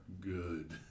good